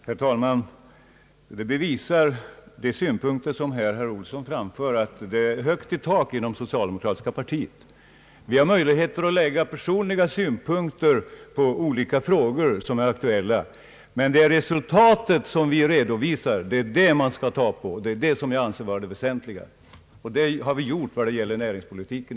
Herr talman! De synpunkter som herr Olsson framförde visar att det är högt i tak inom det socialdemokratiska partiet. Vi har möjlighet att redovisa personliga synpunkter i olika frågor, men det är det slutliga resultatet som är det väsentliga. Så har vi också handlat vad det gäller näringspolitiken.